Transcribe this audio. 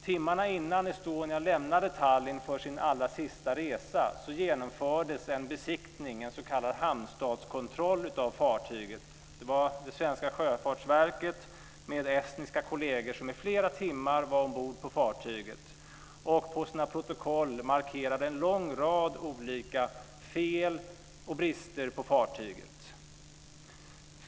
Timmarna innan Estonia lämnade Tallinn för sin allra sista resa genomfördes en besiktning, en s.k. hamnstadskontroll, av fartyget. Det var det svenska sjöfartsverket med estniska kolleger som i flera timmar var ombord på fartyget och i sina protokoll markerade en lång rad olika fel och brister på fartyget.